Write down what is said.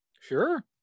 Sure